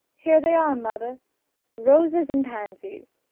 here they are, mother roses and pansies!